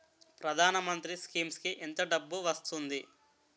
ప్రధాన మంత్రి స్కీమ్స్ కీ ఎంత డబ్బు వస్తుంది?